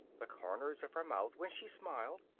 the corners of her mouth when she smiled,